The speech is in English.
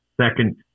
second